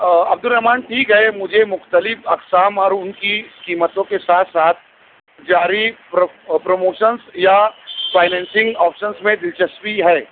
عبد الرحمٰن ٹھیک ہے مجھے مختلف اقسام اور ان کی قیمتوں کے ساتھ ساتھ جاری پرو پروموشنس یا فائیننسنگ آپشنز میں دلچسپی ہے